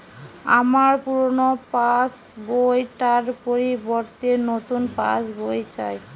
আমার পুরানো পাশ বই টার পরিবর্তে নতুন পাশ বই চাই